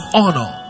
honor